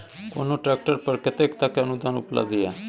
कोनो ट्रैक्टर पर कतेक तक के अनुदान उपलब्ध ये?